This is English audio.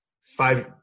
five